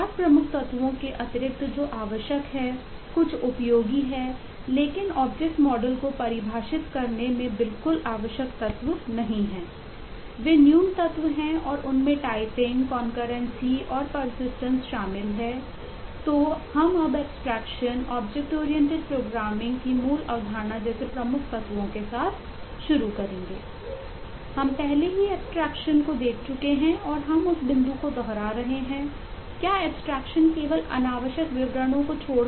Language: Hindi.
4 प्रमुख तत्वों के अतिरिक्त जो आवश्यक हैं कुछ उपयोगी हैं लेकिन ऑब्जेक्ट मॉडल की मूल अवधारणा जैसे प्रमुख तत्वों के साथ शुरू करेंगे